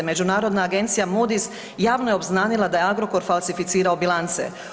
Međunarodna agencija Moodys javno je obznanila da je Agrokor falsificirao bilance.